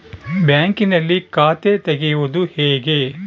ಬ್ಯಾಂಕಿನಲ್ಲಿ ಖಾತೆ ತೆರೆಯುವುದು ಹೇಗೆ?